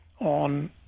on